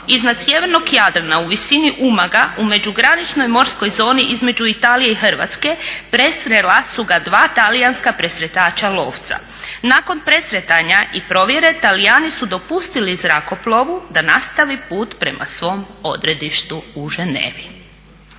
iznad sjevernog Jadrana u visini Umaga u međugraničnoj morskoj zoni između Italije i Hrvatske presrela su ga dva talijanska presretača lovca. Nakon presretanja i provjere Talijani su dopustili zrakoplovu da nastavi put prema svom odredištu u Ženevi.